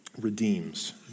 redeems